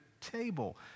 table